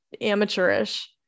amateurish